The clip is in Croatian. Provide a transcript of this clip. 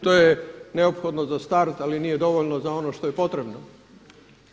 To je neophodno za start, ali nije dovoljno za ono što je potrebno.